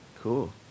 Cool